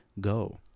go